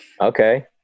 Okay